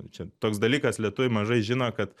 čia toks dalykas lietuviai mažai žino kad